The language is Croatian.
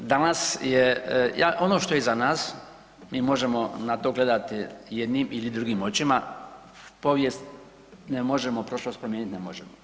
Danas je, ono što je iza nas mi možemo na to gledati jednim ili drugim očima, povijest ne možemo, prošlost promijenit ne možemo.